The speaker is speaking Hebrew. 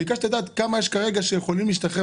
ביקשתי לדעת כמה יש כרגע שיכולים להשתחרר